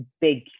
big